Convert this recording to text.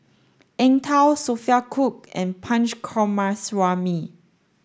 Eng Tow Sophia Cooke and Punch Coomaraswamy